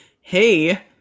hey